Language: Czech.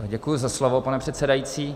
Děkuji za slovo, pane předsedající.